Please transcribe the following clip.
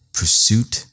pursuit